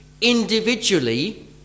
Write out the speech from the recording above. individually